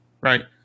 right